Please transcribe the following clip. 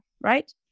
right